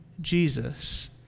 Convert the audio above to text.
Jesus